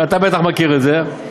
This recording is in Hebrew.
ואתה בטח מכיר את זה,